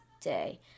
day